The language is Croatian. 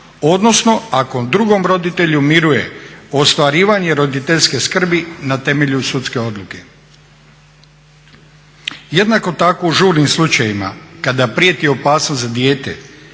odnosno ako drugom roditelju miruje ostvarivanje roditeljske skrbi na temelju sudske odluke. Jednako tako u žurnim slučajevima kada prijeti opasnost za dijete